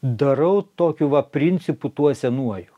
darau tokiu va principu tuo senuoju